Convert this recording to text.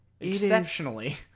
Exceptionally